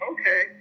Okay